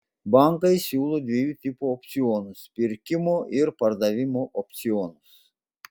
bankai siūlo dviejų tipų opcionus pirkimo ir pardavimo opcionus